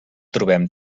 trobem